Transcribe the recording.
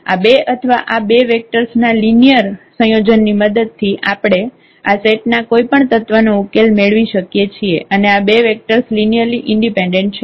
આ બે અથવા આ બે વેક્ટર્સ ના લિનિયર સંયોજનની મદદથી આપણે આ સેટ ના કોઈ પણ તત્વનો ઉકેલ મેળવી શકીએ છીએ અને આ બે વેક્ટર્સ લિનિયરલી ઈન્ડિપેન્ડેન્ટ છે